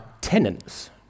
tenants